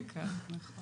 כ-80,000.